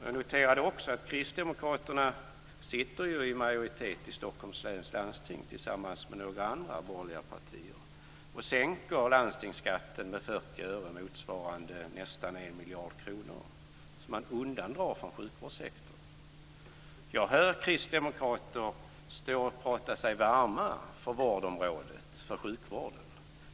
Jag noterade också att kristdemokraterna sitter i majoritet i Stockholms läns landsting tillsammans med några andra borgerliga partier och sänker landstingsskatten med 40 öre motsvarande nästan 1 miljard kronor som man undandrar från sjukvårdssektorn. Jag hör kristdemokrater stå och tala sig varma för vårdområdet, för sjukvården.